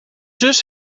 zus